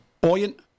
buoyant